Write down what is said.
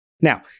Now